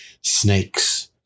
snakes